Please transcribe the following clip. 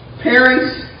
Parents